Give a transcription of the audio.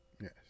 Yes